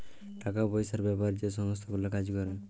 টাকা পয়সার বেপারে যে সংস্থা গুলা কাজ ক্যরে